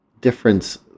difference